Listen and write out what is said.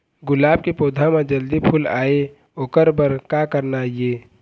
गुलाब के पौधा म जल्दी फूल आय ओकर बर का करना ये?